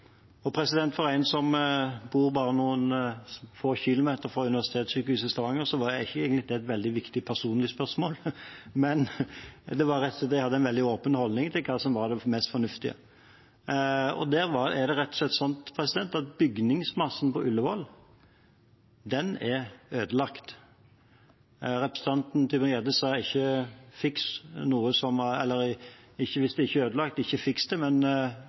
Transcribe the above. For en som bor bare noen få kilometer fra universitetssykehuset i Stavanger, er ikke det egentlig et veldig viktig personlig spørsmål, men jeg hadde rett og slett en veldig åpen holdning til hva som var det mest fornuftige. Det er rett og slett sånn at bygningsmassen på Ullevål er ødelagt. Representanten Tybring-Gjedde sa at hvis det ikke er ødelagt, ikke fiks det. Men bygningsmassen på Ullevål er i veldig stor grad ødelagt. Det